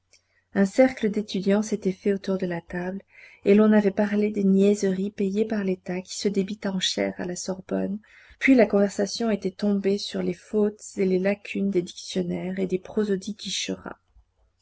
un cercle d'étudiants s'était fait autour de la table et l'on avait parlé des niaiseries payées par l'état qui se débitent en chaire à la sorbonne puis la conversation était tombée sur les fautes et les lacunes des dictionnaires et des